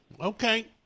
Okay